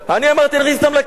אני אמרתי להכניס אותם לכלא,